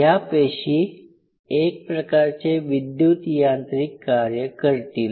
या पेशी एक प्रकारचे विद्युतयांत्रिक कार्य करतील